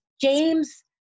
James